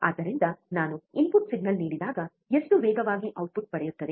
ಆದ್ದರಿಂದ ನಾನು input signal ನೀಡಿದಾಗ ಎಷ್ಟು ವೇಗವಾಗಿ ಔಟ್ಪುಟ್ ಪಡೆಯುತ್ತದೆ